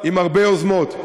עם הרבה יוזמות.